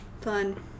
fun